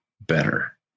better